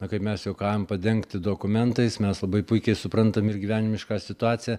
na kaip mes juokaujam padengti dokumentais mes labai puikiai suprantam ir gyvenimišką situaciją